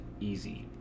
easy